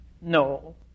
No